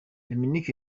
dominic